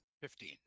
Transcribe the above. Fifteen